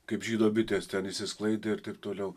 kaip žydo bitės ten išsisklaidė ir taip toliau